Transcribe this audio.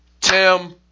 Tim